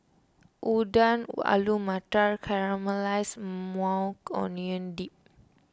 Oden Alu Matar Caramelized Maui Onion Dip